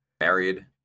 married